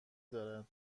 دارد